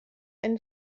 einen